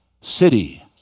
city